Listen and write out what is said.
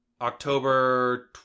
October